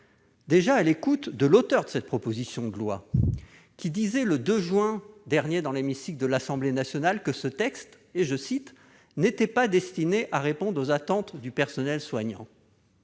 à l'écoute de l'auteur de cette proposition de loi, qui reconnaissait le 2 juin dans l'hémicycle de l'Assemblée nationale que ce texte « n'était pas destiné à répondre aux attentes du personnel soignant ».